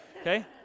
okay